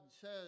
says